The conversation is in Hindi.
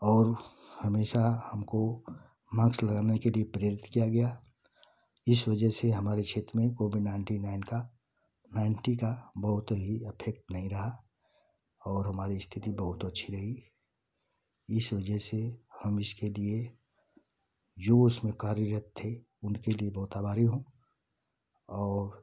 और हमेशा हमको मांस लगाने के लिए प्रेरित किया गया इस वजह से हमारे क्षेत्र में कोविड नाइन्टी नाईन का नाइन्टी का बहुत ही अफेक्ट नहीं रहा और हमारी स्थिति बहुत अच्छी रही इस वजह से हम इसके लिए जो उसमें कार्यरत थे उनके लिए बहुत आभारी हूँ और